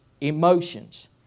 emotions